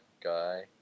guy